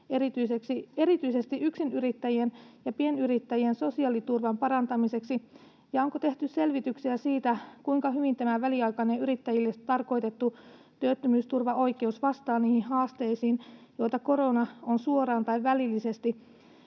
erityisesti yksinyrittäjien ja pienyrittäjien sosiaaliturvan parantamiseksi? Onko tehty selvityksiä siitä, kuinka hyvin tämä väliaikainen yrittäjille tarkoitettu työttömyysturvaoikeus vastaa niihin haasteisiin, joita korona on suoraan tai välillisesti